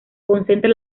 concentra